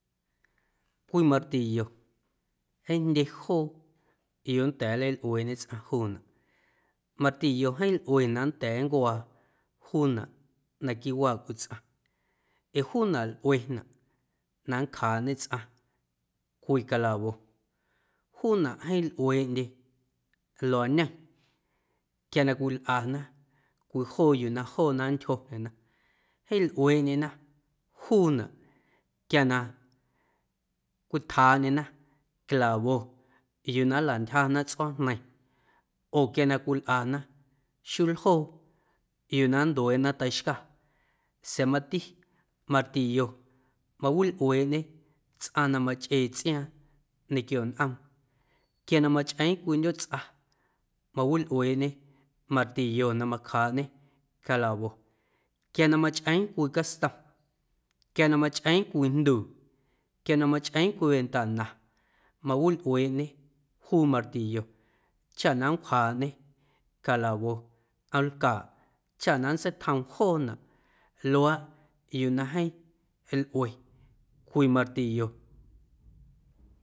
Cwii martillo jeeⁿ jndye joo yuu nnda̱a̱ nleilꞌueeꞌñe tsꞌaⁿ juunaꞌ martillo jeeⁿ lꞌuenaꞌ nnda̱a̱ nncuaa juunaꞌ naquiiꞌ waaꞌcwii tsꞌaⁿ ee juunaꞌ lꞌuenaꞌ na nncwjaaꞌñe tsꞌaⁿ cwii calawo, juunaꞌ jeeⁿ lꞌueeꞌndye luañe quia na cwilꞌana cwii joo yuu na joona nntyjondyena, jeeⁿ lꞌueeꞌndye juunaꞌ quia na cwitjaaꞌndyena calawo yuu na nlantyjana tsꞌuaajneiⁿ oo quia na cwilꞌana xuljoo yuu na nndueeꞌna teiꞌxcaa sa̱a̱ mati martillo mawilꞌueeꞌñe tsꞌaⁿ na machꞌee tsꞌiaaⁿ ñequio nꞌoom quia na machꞌee cwii ꞌndyootsꞌa, mawilꞌueeꞌñe martillo na macjaaꞌñe calawo quia na machꞌeeⁿ cwii castom, quia na machꞌeeⁿ cwii jnduu, quia na machꞌeeⁿ cwii ventana mawilꞌueeꞌñe juu martillo chaꞌ na nncwjaaꞌñe calawo nꞌoomlcaaꞌ chaꞌ na nntseitjoom joonaꞌ luaaꞌ yuu na jeeⁿ lꞌue cwii martillo.